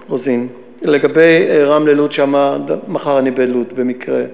רוזין, לגבי רמלה-לוד, מחר אני בלוד, במקרה,